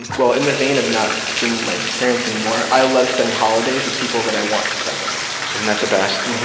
well, in the vein of not seeing my parents anymore, i love spending holidays with people that i want to spend them with. isn't that the best?